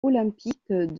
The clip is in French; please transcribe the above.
olympiques